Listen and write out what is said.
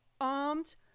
armed